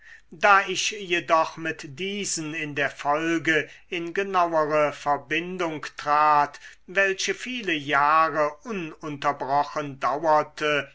da ich jedoch mit diesen in der folge in genauere verbindung trat welche viele jahre ununterbrochen dauerte